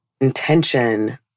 intention